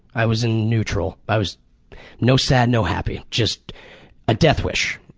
i was in neutral. i was no sad, no happy, just a death wish.